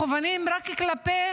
או שהם מכוונים רק כלפי